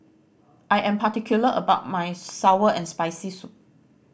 I am particular about my sour and Spicy Soup